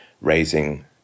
raising